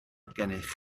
gennych